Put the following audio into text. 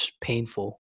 painful